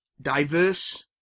diverse